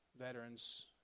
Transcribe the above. Veterans